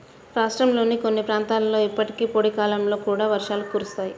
రాష్ట్రంలోని కొన్ని ప్రాంతాలలో ఇప్పటికీ పొడి కాలంలో కూడా వర్షాలు కురుస్తాయి